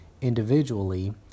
individually